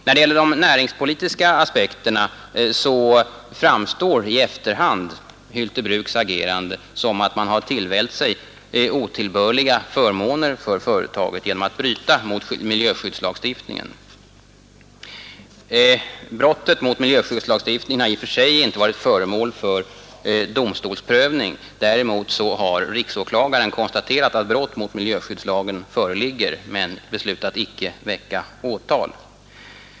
När det gäller de näringspolitiska aspekterna framstår i efterhand Hylte Bruks agerande så att företaget tillvällt sig otillbörliga förmåner genom att bryta mot miljöskyddslagstiftningen. Brottet mot miljöskyddslagstiftningen har i och för sig inte varit föremål för domstolsprövning. Däremot har riksåklagaren konstaterat att brott mot miljöskyddslagen föreligger men beslutat att icke väcka åtal.